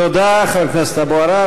תודה, חבר הכנסת אבו עראר.